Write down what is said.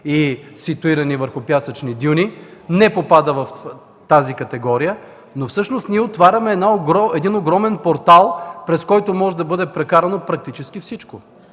и ситуирани върху пясъчни дюни, не попада в тази категория, но всъщност ние отваряме един огромен портал, през който може да бъде прекарано практически всичко.